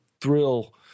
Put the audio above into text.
thrill